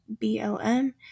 BLM